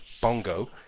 Bongo